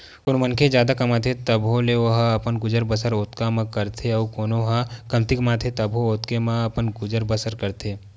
कोनो मनखे ह जादा कमाथे तभो ले ओहा अपन गुजर बसर ओतका म करथे अउ कोनो ह कमती कमाथे तभो ओतके म अपन गुजर बसर करथे